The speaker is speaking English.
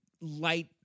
light